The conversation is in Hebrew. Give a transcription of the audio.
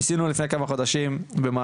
ניסינו לפני כמה חודשים פה,